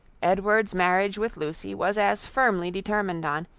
edward's marriage with lucy was as firmly determined on,